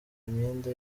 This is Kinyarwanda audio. imyenda